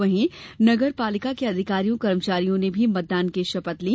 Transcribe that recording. वहीं नगर पालिका के अधिकारियों कर्मचारियों ने भी मतदान की शपथ ली